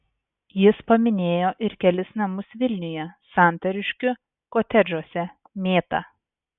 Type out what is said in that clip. jis paminėjo ir kelis namus vilniuje santariškių kotedžuose mėta